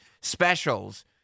specials